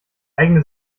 eigene